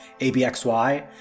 ABXY